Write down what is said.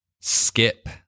Skip